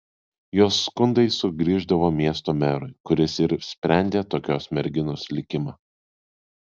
jos skundai sugrįždavo miesto merui kuris ir sprendė tokios merginos likimą